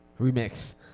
Remix